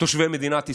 תושבי מדינת ישראל.